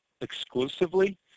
exclusively